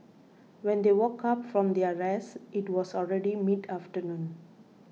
when they woke up from their rest it was already mid afternoon